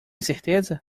certeza